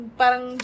parang